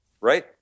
Right